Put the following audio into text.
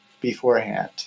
beforehand